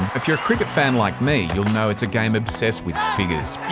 if you're a cricket fan like me, you'll know it's a game obsessed with figures.